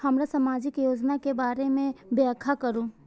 हमरा सामाजिक योजना के बारे में व्याख्या करु?